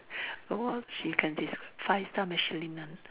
some more she can taste five star Michelin [one]